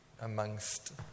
amongst